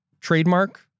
trademark